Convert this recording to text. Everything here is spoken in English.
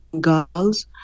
girls